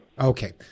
Okay